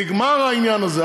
נגמר העניין הזה.